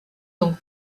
donc